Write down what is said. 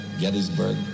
Gettysburg